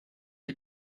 the